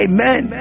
Amen